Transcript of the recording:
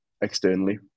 externally